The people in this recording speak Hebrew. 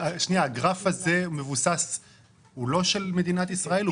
הגרף הזה הוא לא של מדינת ישראל אלא